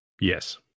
Yes